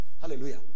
hallelujah